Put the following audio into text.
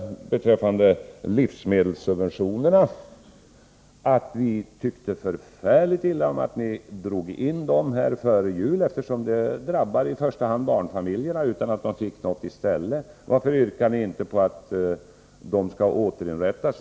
Beträffande livsmedelssubventionerna redovisade jag att vi tyckte förfärligt illa om att ni drog in dem före jul, eftersom det i första hand drabbar barnfamiljerna, som inte fick något annat i stället. Varför yrkar ni inte att livsmedelssubventionerna skall återinföras?